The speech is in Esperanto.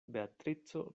beatrico